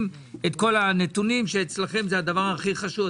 את כל הנתונים שאצלכם זה הדבר הכי חשוב.